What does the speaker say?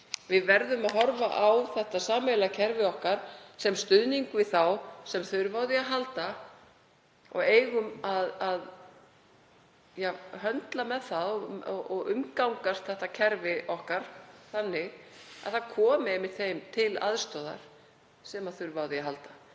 Við verðum að horfa á þetta sameiginlega kerfi okkar sem stuðning við þá sem þurfa á því að halda og við eigum að höndla með og umgangast þetta kerfi okkar þannig að það komi einmitt þeim til aðstoðar sem þurfa á því að halda